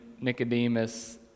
Nicodemus